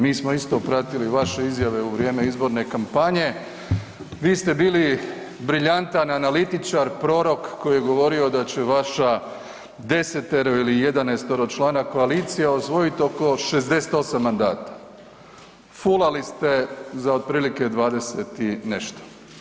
Mi smo isto pratili vaše izjave u vrijeme izborne kampanje, vi ste bili briljantan analitičar, prorok koji je govorio da će vaša desetero ili jedanaestero člana koalicija osvojiti oko 68 mandata, fulali ste za otprilike 20 i nešto.